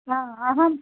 अहं